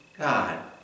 God